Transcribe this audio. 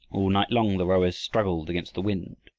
all night long the rowers struggled against the wind.